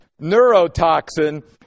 neurotoxin